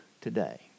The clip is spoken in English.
today